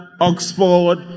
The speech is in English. Oxford